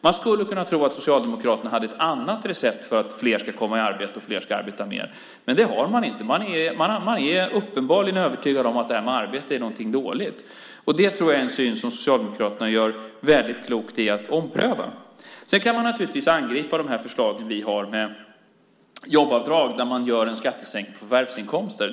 Man skulle kunna tro att Socialdemokraterna hade ett annat recept för att fler ska komma i arbete och fler ska arbeta mer, men det har man inte. Man är uppenbarligen övertygad om att detta med arbete är någonting dåligt. Det tror jag är en syn som Socialdemokraterna gör väldigt klokt i att ompröva. Sedan kan man naturligtvis angripa våra förslag om jobbavdrag, där man gör en skattesänkning på förvärvsinkomster.